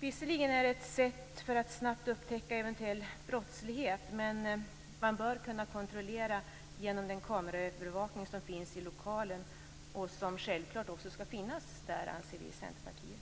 Visserligen är det ett sätt att snabbt upptäcka eventuell brottslighet, men man bör kunna kontrollera genom den kameraövervakning som finns i lokalen och som självklart också skall finnas där, anser vi i Centerpartiet.